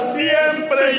siempre